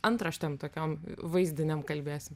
antraštėm tokiom vaizdinėm kalbėsim